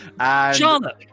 Charlotte